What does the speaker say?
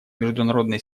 международной